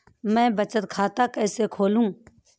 मैं बचत खाता कैसे खोलूँ?